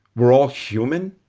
we're all human.